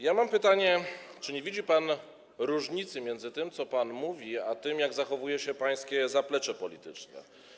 Ja mam pytanie, czy nie widzi pan różnicy między tym, co pan mówi, a tym, jak zachowuje się pańskie zaplecze polityczne.